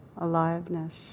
aliveness